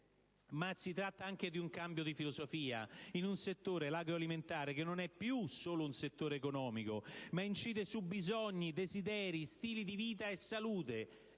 PAC, ma anche di un cambio di filosofia, in un settore - quello agroalimentare - che non è più solo economico, ma incide su bisogni, desideri, stili di vita e salute.